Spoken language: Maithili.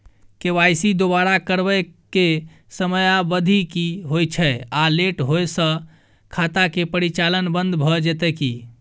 के.वाई.सी दोबारा करबै के समयावधि की होय छै आ लेट होय स खाता के परिचालन बन्द भ जेतै की?